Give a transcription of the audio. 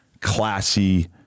classy